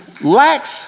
lacks